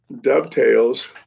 dovetails